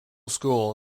school